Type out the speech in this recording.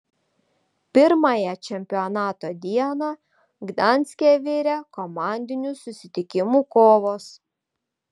pirmąją čempionato dieną gdanske virė komandinių susitikimų kovos